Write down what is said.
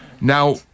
Now